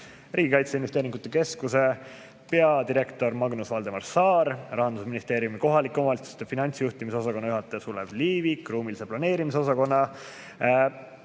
Riigi Kaitseinvesteeringute Keskuse peadirektor Magnus-Valdemar Saar, Rahandusministeeriumi kohalike omavalitsuste finantsjuhtimise osakonna juhataja Sulev Liivik, ruumilise planeerimise osakonna